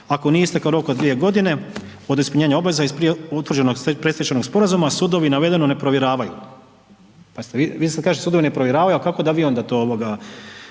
ako nije istekao rok od 2.g. od ispunjenja obveza iz prije utvrđenog predstečajnog sporazuma, sudovi navedeno ne provjeravaju, pa jeste vi, vi sad kažete sudovi ne provjeravaju, a kako da vi onda to ovoga,